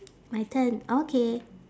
my turn okay